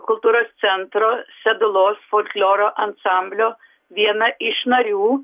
kultūros centro sedulos folkloro ansamblio vieną iš narių